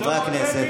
חברי הכנסת,